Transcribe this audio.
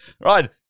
Right